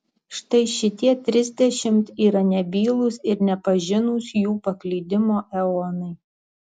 štai šitie trisdešimt yra nebylūs ir nepažinūs jų paklydimo eonai